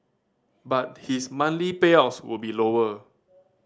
but his monthly payouts will be lower